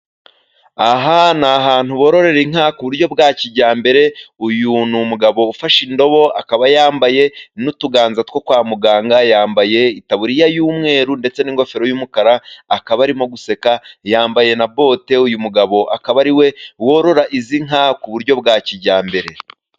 Aha ni ahantu bororera inka ku buryo bwa kijyambere, uyu ni umugabo ufashe indobo akaba yambaye n'utuganza two kwa muganga, yambaye itaburiya y'umweru ndetse n'ingofero y'umukara, akaba arimo guseka yambaye na bote uyu mugabo akaba ariwe worora izi nka ku buryo bwa kijyambere.